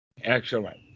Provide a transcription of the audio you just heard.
Excellent